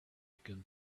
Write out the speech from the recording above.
began